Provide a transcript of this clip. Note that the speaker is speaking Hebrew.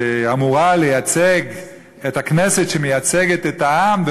שאמורה לייצג את הכנסת שמייצגת את העם,